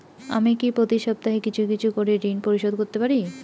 আমি কি প্রতি সপ্তাহে কিছু কিছু করে ঋন পরিশোধ করতে পারি?